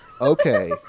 Okay